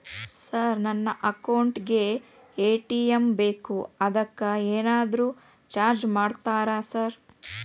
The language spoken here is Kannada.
ಸರ್ ನನ್ನ ಅಕೌಂಟ್ ಗೇ ಎ.ಟಿ.ಎಂ ಬೇಕು ಅದಕ್ಕ ಏನಾದ್ರು ಚಾರ್ಜ್ ಮಾಡ್ತೇರಾ ಸರ್?